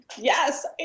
yes